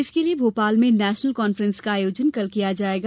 इसके लिए भोपाल में नेशनल कांफ्रेंस का आयोजन कल किया जाएगा